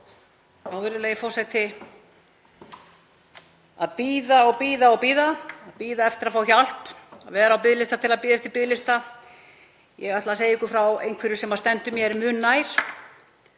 Virðulegi forseti. Að bíða og bíða og bíða, að bíða eftir að fá hjálp, að vera á biðlista til að bíða eftir biðlista. Ég ætla að segja ykkur frá nokkru sem stendur mér mun nær,